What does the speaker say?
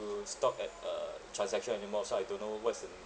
to stop at uh transaction anymore so I don't know what's the new